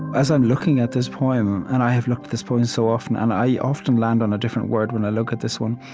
as i'm looking at this poem and i have looked at this poem so often, and i often land on a different word when i look at this one